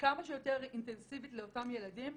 כמה שיותר אינטנסיבית לאותם ילדים.